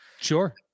sure